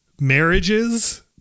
marriages